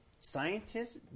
Scientists